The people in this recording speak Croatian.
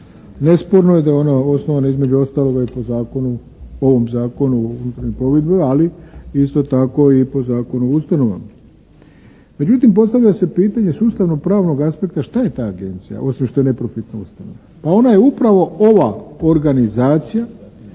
nesporno je da je ona osnovana između ostaloga i po ovom Zakonu o …/Govornik se ne razumije./… plovidbe ali isto tako i po Zakonu o ustanovama. Međutim, postavlja se pitanje sustavno pravnog aspekta šta je ta agencija, osim što je neprofitna ustanova? Pa ona je upravo ova organizacija